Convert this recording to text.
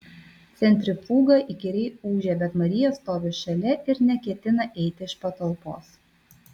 centrifuga įkyriai ūžia bet marija stovi šalia ir neketina eiti iš patalpos